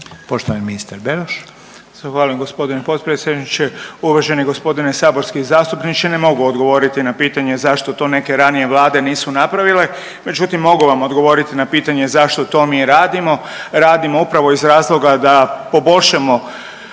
Poštovani ministar Beroš.